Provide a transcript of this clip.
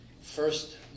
first